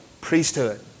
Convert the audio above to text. priesthood